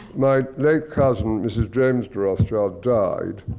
my late cousin, mrs james de rothschild, died,